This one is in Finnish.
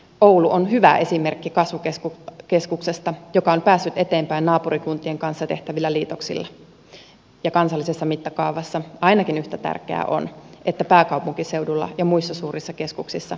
oulu on hyvä esimerkki kasvukeskuksesta joka on päässyt eteenpäin naapurikuntien kanssa tehtävillä liitoksilla ja kansallisessa mittakaavassa ainakin yhtä tärkeää on että pääkaupunkiseudulla ja muissa suurissa keskuksissa päästään samaan